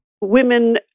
Women